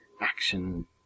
action